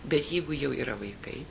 bet jeigu jau yra vaikai